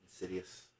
Insidious